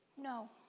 no